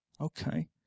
Okay